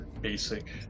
basic